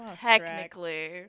Technically